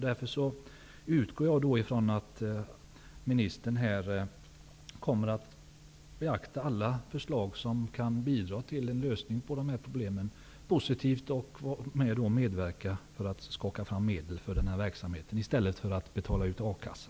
Därför utgår jag ifrån att ministern kommer att beakta alla förslag som kan bidra till en lösning på problemen och att medverka till att skaka fram medel för verksamheter, i stället för att betala ut i A-kassa.